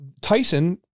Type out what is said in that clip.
Tyson